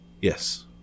Yes